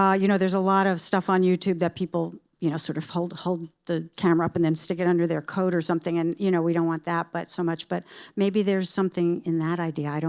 ah you know there's a lot of stuff on youtube that people you know sort of hold hold the camera up and then stick it under their coat or something. and you know we don't want that but so much. but maybe there's something in that idea.